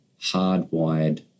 hardwired